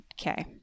Okay